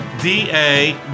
D-A